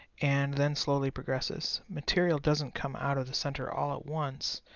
and then slowly progresses material doesn't come out of the center all at once,